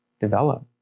develop